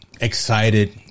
excited